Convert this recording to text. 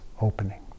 opening